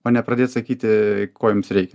o nepradėt sakyti ko jums reikia